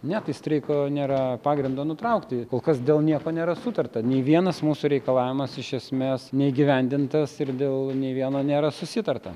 ne tai streiko nėra pagrindo nutraukti kol kas dėl nieko nėra sutarta nei vienas mūsų reikalavimas iš esmės neįgyvendintas ir dėl nei vieno nėra susitarta